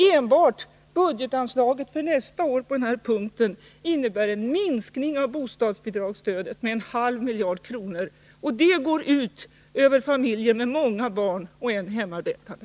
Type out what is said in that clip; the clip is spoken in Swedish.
Enbart budgetanslaget för nästa år på den här punkten innebär en minskning av bostadsbidragen med 0,5 miljarder kronor, och det går ut över familjer med många barn och med en hemarbetande.